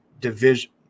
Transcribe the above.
division